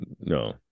no